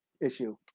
issue